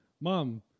Mom